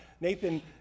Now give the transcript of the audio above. Nathan